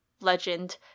legend